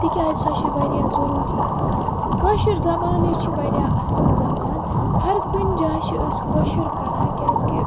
تِکیازِ سۄ چھِ واریاہ ضُروٗری کٲشِر زبانٕے چھِ واریاہ اصٕل زبان ہر کُنہِ جایہِ چھِ أسۍ کٲشُر کران کیازِ کہِ